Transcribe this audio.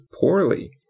poorly